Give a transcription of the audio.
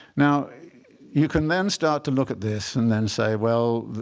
now you can then start to look at this and then say, well,